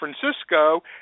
Francisco